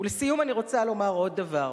ולסיום אני רוצה לומר עוד דבר,